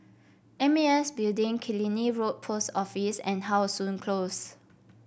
M A S Building Killiney Road Post Office and How Sun Close